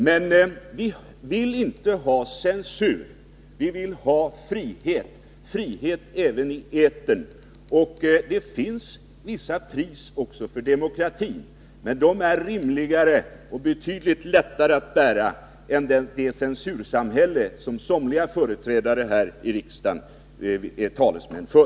Men vi vill inte ha censur. Vi vill ha frihet — frihet även i etern — och det finns ett visst pris också för demokratin, men det är rimligare och betydligt lättare att betala det priset än att acceptera det censursamhälle som somliga företrädare här i riksdagen är talesmän för.